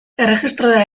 erregistrora